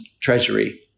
Treasury